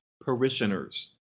parishioners